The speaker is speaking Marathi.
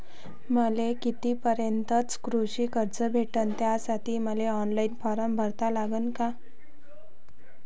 मले किती रूपयापर्यंतचं कृषी कर्ज भेटन, त्यासाठी मले ऑनलाईन फारम भरा लागन का?